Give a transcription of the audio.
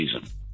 season